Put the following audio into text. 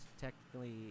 technically